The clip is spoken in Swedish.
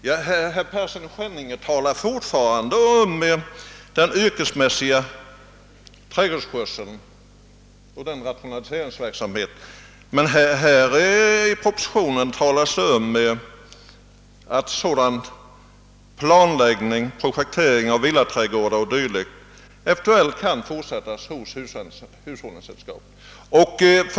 Herr talman! Herr Persson i Skänninge talar fortfarande om den yrkesmässiga trädgårdsskötseln. I propositionen talas emellertid om att sådan verksamhet som projektering av villaträdgårdar o. d. eventuellt fortfarande kan bedrivas av hushållningssällskapen.